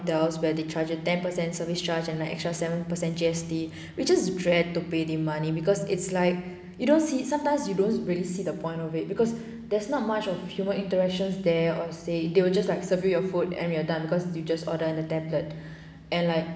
there was where they charge a ten percent service charge and like extra seven percent G_S_T we just dragged to pay the money because it's like you don't see sometimes you don't really see the point of it because there's not much of human interactions there or say they will just like serve you your food and we are done because you just order in a tablet and like